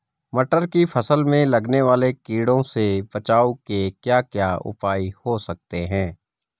मटर की फसल में लगने वाले कीड़ों से बचाव के क्या क्या उपाय हो सकते हैं?